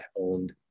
owned